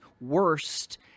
worst